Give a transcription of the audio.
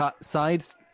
sides